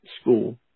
school